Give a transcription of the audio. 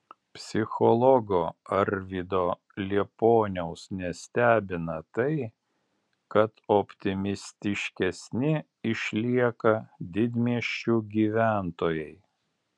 psichologo arvydo liepuoniaus nestebina tai kad optimistiškesni išlieka didmiesčių gyventojai